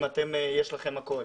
אם יש לכם הכול?